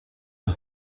aha